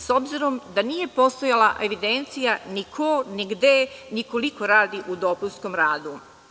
S obzirom da nije postojala evidencija ni ko, ni gde, ni koliko radi u dopunskom radu.